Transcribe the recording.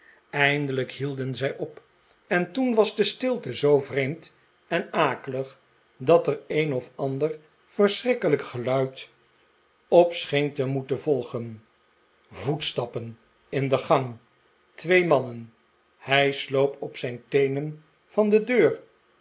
eindelijk hielden zij op en toen was de stilte zoo vreemd en akelig dat er een of ander verschrikkelijk geluid op scheen te moeten volgen voetstappen in de gangl twee mannen hij sloop op zijn teene n van de deur